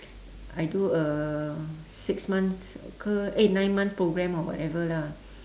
I do uh six months ke eh nine months program or whatever lah